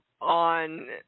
on